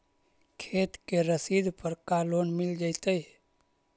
खेत के रसिद पर का लोन मिल जइतै?